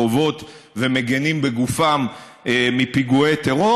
נמצאים ברחובות ומגינים בגופם מפיגועי טרור.